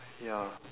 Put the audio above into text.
ya